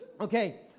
Okay